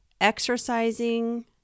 exercising